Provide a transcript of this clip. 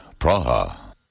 Praha